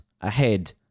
ahead